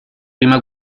prima